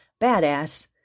badass